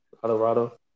Colorado